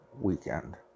weekend